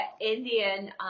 Indian